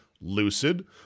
lucid